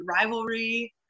rivalry